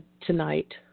tonight